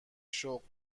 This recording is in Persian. شغل